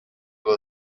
will